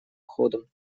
ходом